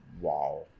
Wow